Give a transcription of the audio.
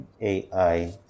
AI